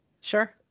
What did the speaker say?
Sure